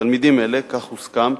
תלמידים אלה, כך הוסכם,